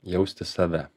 jausti save